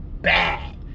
bad